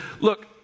look